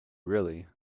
really